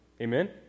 Amen